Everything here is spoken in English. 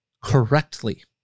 correctly